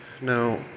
now